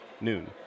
Noon